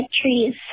trees